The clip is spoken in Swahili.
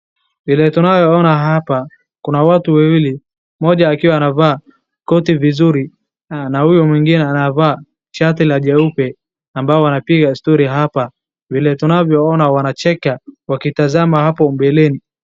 Kuna watu wawili ,mmoja amevaa koti vizuri na huyo mwingine amevaa shati jeupe ambao wanapiga stori hapa. Vile tunavyoona wanacheka wakitazama hapo mbeleni.